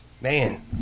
Man